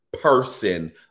person